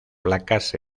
placas